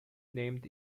named